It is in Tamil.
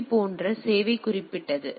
பி போன்ற சேவை குறிப்பிட்டது